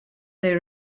they